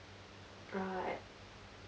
right